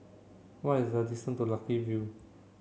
what is the distance to Lucky View